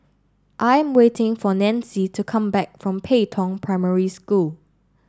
I'm waiting for Nancie to come back from Pei Tong Primary School